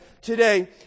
today